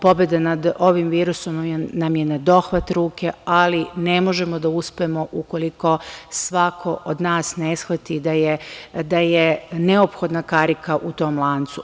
Pobeda nad ovim virusom nam je na dohvat ruke, ali ne možemo da uspemo ukoliko svako od nas ne shvati da je neophodna karika u tom lancu.